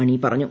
മണി പറഞ്ഞു